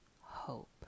hope